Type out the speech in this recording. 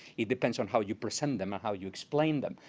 it depends on how you present them or how you explain them.